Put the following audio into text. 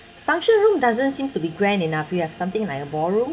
function room doesn't seem to be grand enough you have something like a ballroom